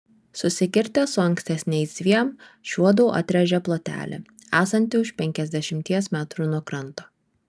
susikirtę su ankstesniais dviem šiuodu atrėžė plotelį esantį už penkiasdešimties metrų nuo kranto